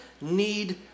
need